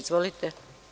Izvolite.